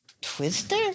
Twister